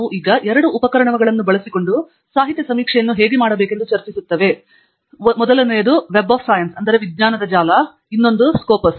ನಾವು ಎರಡು ಉಪಕರಣಗಳನ್ನು ಬಳಸಿಕೊಂಡು ಸಾಹಿತ್ಯ ಸಮೀಕ್ಷೆಯನ್ನು ಹೇಗೆ ಮಾಡಬೇಕೆಂದು ಚರ್ಚಿಸುತ್ತೇವೆ ವಿಜ್ಞಾನದ ವೆಬ್ ಆಫ಼್ ಸೈನ್ಸ್ ಒಂದಾಗಿದೆ ಮತ್ತು ಇನ್ನೊಂದು ಸ್ಕಾಪಸ್